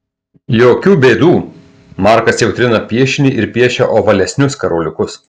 jokių bėdų markas jau trina piešinį ir piešia ovalesnius karoliukus